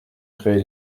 créé